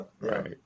Right